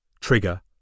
Trigger